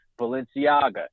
Balenciaga